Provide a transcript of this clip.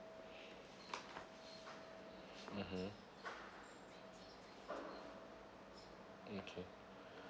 mmhmm okay